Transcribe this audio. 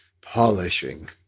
Polishing